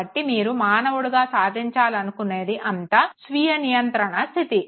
కాబట్టి మీరు మానవుడిగా సాధించాలనుకున్నది అంతా స్వీయ నియంత్రణ స్థితి